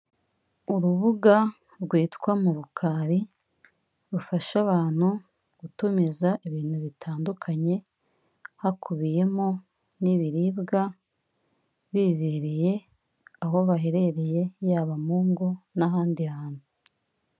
Urubuga rwitwa Murukari, rufasha abantu gutumiza ibintu bitandukanye, hakubiyeho n'ibiribwa, bibereye aho baherereye, yaba mu ngo n'ahandi hantu.